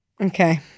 okay